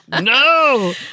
No